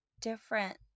different